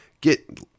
get